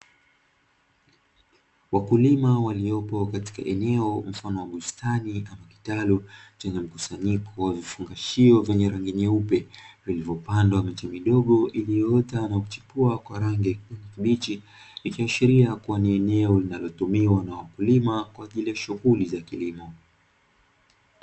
Wakulima waliopo katika eneo mfano wa bustani ama kitalu chenye mkusanyiko wa vifungashio vyenye rangi nyeupe vilivyopandwa miche midogo iliyoota na kuchipua kwa rangi ya kijani kibichi, ikiashiria ni eneo linalotumiwa na wakulima kwa ajili ya shughuli za kilimo.